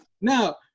Now